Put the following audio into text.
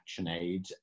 ActionAid